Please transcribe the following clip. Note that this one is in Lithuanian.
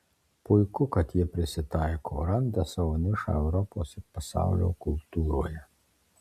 puiku kad jie prisitaiko randa savo nišą europos ir pasaulio kultūroje